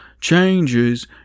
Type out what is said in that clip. changes